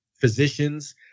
physicians